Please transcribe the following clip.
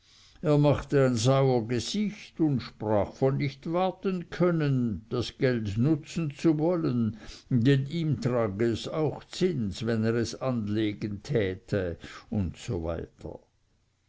er machte ein sauer gesicht und sprach von nicht warten können das geld nutzen zu wollen denn ihm trage es auch zins wenn er es anlegen täte usw